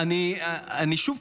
שוב,